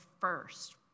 first